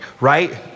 right